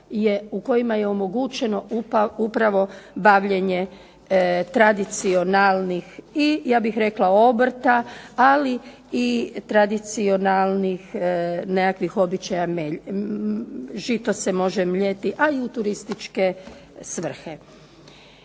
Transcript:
u kojima je omogućeno upravo bavljenje tradicionalnih i ja bih rekla obrta ali i tradicionalnih nekakvih običaja, žito se može mljeti a i u turističke svrhe.